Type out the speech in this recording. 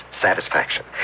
satisfaction